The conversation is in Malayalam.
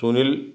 സുനിൽ